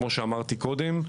כמו שאמרתי קודם,